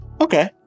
Okay